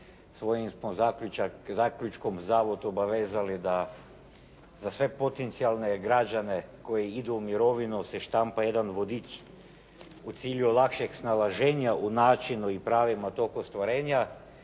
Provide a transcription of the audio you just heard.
svojim smo zaključkom zavod obavezali da za sve potencijalne građane koji idu u mirovinu se štampa jedan vodič u cilju lakšeg snalaženja u načinu i pravima tog ostvarenja